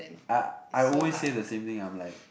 I I always say the same thing I'm like